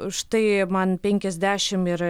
štai man penkiasdešimt ir